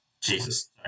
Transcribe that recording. Jesus